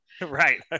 Right